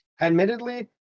admittedly